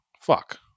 fuck